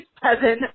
seven